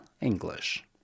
English